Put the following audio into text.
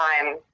time